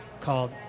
called